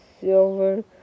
silver